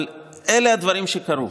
אלה הדברים שקרו,